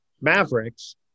Mavericks